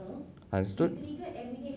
understood